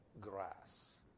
grass